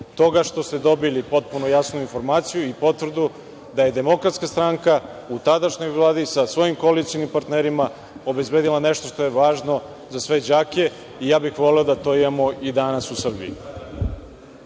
toga što ste dobili potpuno jasnu informaciju i potvrdu da je DS u tadašnjoj vladi sa svojim koalicionim partnerima obezbedila nešto što je važno za sve đake. Voleo bih da to imamo i danas u Srbiji.